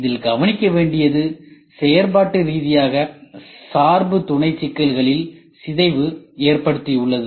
இதில் கவனிக்க வேண்டியது செயல்பாட்டு ரீதியாக சார்பு துணை சிக்கல்களில் சிதைவு ஏற்படுத்தியுள்ளது